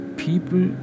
people